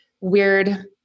weird